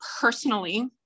personally